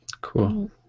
Cool